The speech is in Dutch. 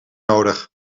nodig